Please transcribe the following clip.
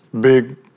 big